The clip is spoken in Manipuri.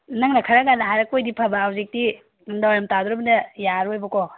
ꯅꯪꯅ ꯈꯔ ꯉꯟꯅ ꯍꯥꯏꯔꯛꯄ ꯑꯣꯏꯔꯗꯤ ꯐꯕ ꯍꯧꯖꯤꯛꯇꯤ ꯅꯨꯃꯤꯗꯥꯡ ꯋꯥꯏꯔꯝ ꯇꯥꯗꯣꯔꯕꯅꯤꯅ ꯌꯥꯔꯔꯣꯏꯕꯀꯣ